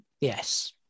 Yes